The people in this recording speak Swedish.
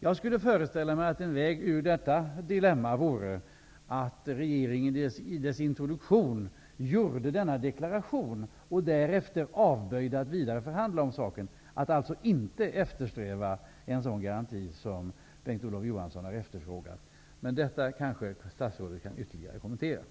Jag skulle föreställa mig att en väg ur detta dilemma vore att regeringen i sin introduktion gjorde denna deklaration och därefter avböjde att vidare förhandla om saken, att alltså inte eftersträva en sådan garanti som Kurt Ove Johansson har efterfrågat. Men detta kanske statsrådet kan kommentera ytterligare.